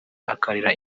akarira